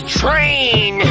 train